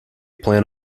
plan